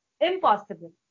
impossible